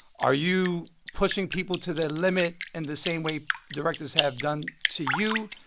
are you pushing people to their limit in the same way directors have done to you?